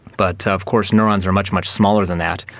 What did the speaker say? but of course neurons are much, much smaller than that.